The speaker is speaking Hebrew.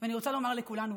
ואני רוצה לומר לכולנו,